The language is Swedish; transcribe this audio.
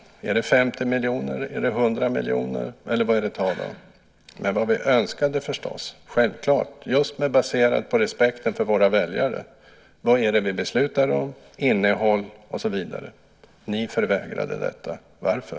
Är det 50 miljoner, är det 100 miljoner eller vad är det tal om? Vad vi självklart önskade oss, just baserat på respekten för våra väljare, var svar på frågan: Vad är det vi beslutar om, innehåll och så vidare? Ni förvägrade oss detta. Varför?